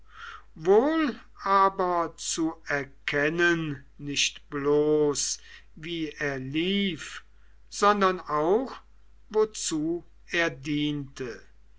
wohl aber zu erkennen nicht bloß wie er lief sondern auch wozu er diente